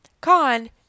Con